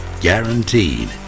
Guaranteed